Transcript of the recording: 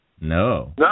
No